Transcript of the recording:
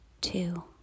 two